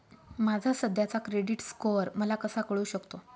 माझा सध्याचा credit score मला कसा कळू शकतो?